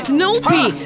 Snoopy